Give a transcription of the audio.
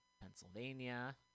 pennsylvania